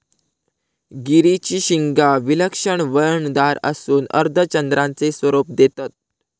गिरीची शिंगा विलक्षण वळणदार असून अर्धचंद्राचे स्वरूप देतत